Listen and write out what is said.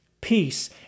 peace